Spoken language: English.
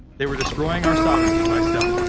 they were destroying our sovereignty by stealth.